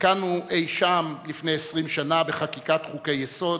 נתקענו אי-שם לפני 20 שנה, בחקיקת חוקי-יסוד: